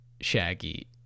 Shaggy